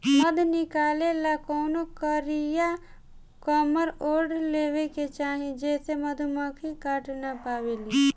मध निकाले ला कवनो कारिया कमर ओढ़ लेवे के चाही जेसे मधुमक्खी काट ना पावेली सन